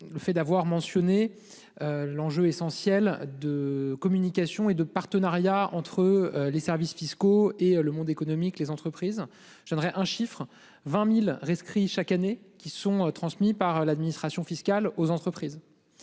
Le fait d'avoir mentionné. L'enjeu essentiel de communication et de partenariat entre les services fiscaux et le monde économique, les entreprises je donnerai un chiffre 20.000 rescrit chaque année qui sont transmis par l'administration fiscale aux entreprises.